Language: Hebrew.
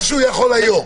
מה שהוא יכול היום.